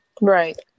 Right